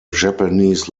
japanese